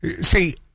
see